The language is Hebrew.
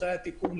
אחרי התיקון,